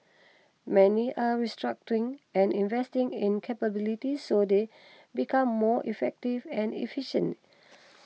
many are restructuring and investing in capabilities so they become more effective and efficient